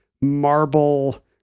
marble